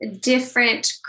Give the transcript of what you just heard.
different